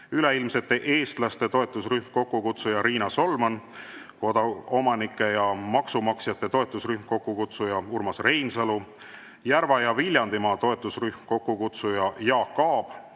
üleilmsete eestlaste toetusrühm, kokkukutsuja Riina Solman; koduomanike ja maksumaksjate toetusrühm, kokkukutsuja Urmas Reinsalu; Järva‑ ja Viljandimaa toetusrühm, kokkukutsuja Jaak Aab;